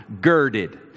girded